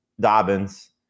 Dobbins